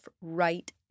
right